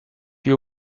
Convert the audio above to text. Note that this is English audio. you